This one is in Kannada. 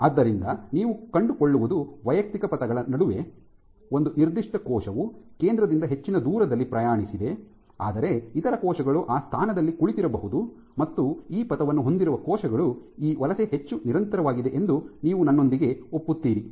ಆದ್ದರಿಂದ ನೀವು ಕಂಡುಕೊಳ್ಳುವುದು ವೈಯಕ್ತಿಕ ಪಥಗಳ ನಡುವೆ ಒಂದು ನಿರ್ದಿಷ್ಟ ಕೋಶವು ಕೇಂದ್ರದಿಂದ ಹೆಚ್ಚಿನ ದೂರದಲ್ಲಿ ಪ್ರಯಾಣಿಸಿದೆ ಆದರೆ ಇತರ ಕೋಶಗಳು ಆ ಸ್ಥಾನದಲ್ಲಿ ಕುಳಿತಿರಬಹುದು ಮತ್ತು ಈ ಪಥವನ್ನು ಹೊಂದಿರುವ ಕೋಶಗಳು ಈ ವಲಸೆ ಹೆಚ್ಚು ನಿರಂತರವಾಗಿದೆ ಎಂದು ನೀವು ನನ್ನೊಂದಿಗೆ ಒಪ್ಪುತ್ತೀರಿ